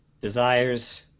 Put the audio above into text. desires